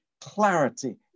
clarity